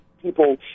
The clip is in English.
people